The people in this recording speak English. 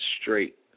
straight